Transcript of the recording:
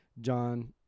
John